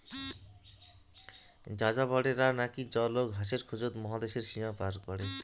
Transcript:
যাযাবরেরা নাকি জল ও ঘাসের খোঁজত মহাদ্যাশের সীমা পার করে